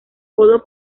codo